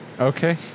Okay